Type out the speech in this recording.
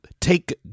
take